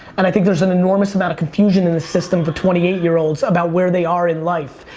and i think there's an enormous amount of confusion in the system for twenty eight year olds about where they are in life.